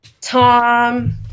tom